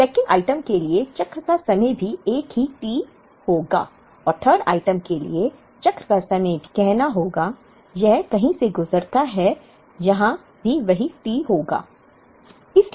तो 2nd item के लिए चक्र का समय भी एक ही T होगा और 3rd आइटम के लिए चक्र का समय भी हमें कहना होगा यह कहीं से गुजरता है यहां भी वही T होगा